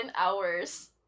hours